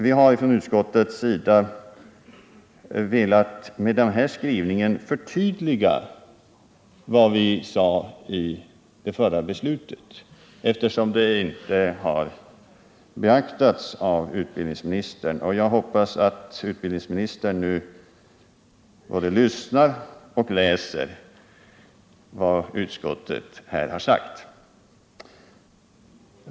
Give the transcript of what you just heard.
Vi har från utskottets sida velat med den här skrivningen förtydliga vad vi sade i det förra beslutet, eftersom det inte har beaktats av utbildningsministern, och jag hoppas att utbildningsministern både lyssnar och läser vad utskottet har sagt.